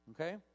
Okay